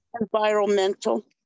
Environmental